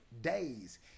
Days